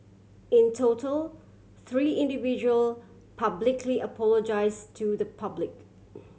in total three individual publicly apologise to the public